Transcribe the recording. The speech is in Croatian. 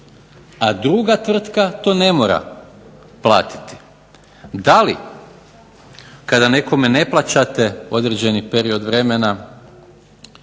a druga tvrtka to ne mora platiti. Da li kada nekome ne plaćate određeni period vremena,